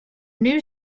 new